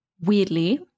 weirdly